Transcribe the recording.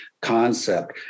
concept